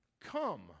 come